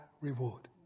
reward